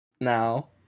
now